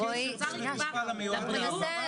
אבל שהאוצר יקבע לבריאות?